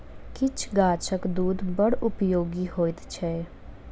किछ गाछक दूध बड़ उपयोगी होइत छै